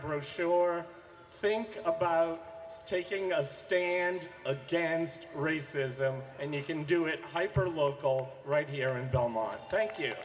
or think about taking a stand against racism and you can do it hyper local right here in belmont thank you